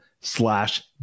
slash